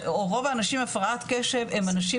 או רוב האנשים עם הפרעת קשב הם אנשים